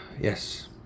Yes